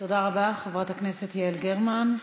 תודה רבה, חברת הכנסת יעל גרמן.